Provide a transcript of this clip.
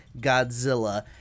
Godzilla